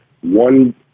one